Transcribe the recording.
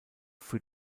für